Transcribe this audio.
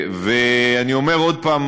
אני אומר עוד פעם,